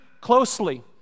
closely